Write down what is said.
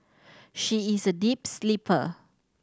she is a deep sleeper